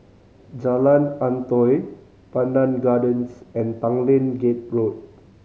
Jalan Antoi Pandan Gardens and Tanglin Gate Road